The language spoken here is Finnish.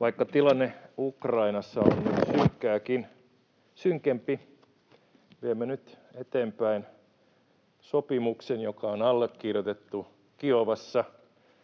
Vaikka tilanne Ukrainassa on jo synkkääkin synkempi, viemme nyt eteenpäin sopimuksen, joka on allekirjoitettu Kiovassa